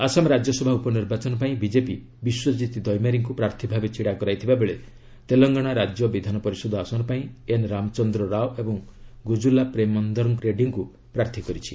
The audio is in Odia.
ଆସାମ ରାଜ୍ୟସଭା ଉପନିର୍ବାଚନ ପାଇଁ ବିଜେପି ବିଶ୍ୱଜିତ ଦୈମାରୀଙ୍କୁ ପ୍ରାର୍ଥୀ ଭାବେ ଛିଡ଼ା କରାଇଥିବା ବେଳେ ତେଲଙ୍ଗାନା ରାଜ୍ୟ ବିଧାନ ପରିଷଦ ଆସନ ପାଇଁ ଏନ୍ ରାମଚନ୍ଦ୍ର ରାଓ ଏବଂ ଗୁଜୁଲା ପ୍ରେମେନ୍ଦର୍ ରେଡ୍ଡୀଙ୍କୁ ପ୍ରାର୍ଥୀ କରିଛି